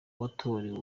watoreye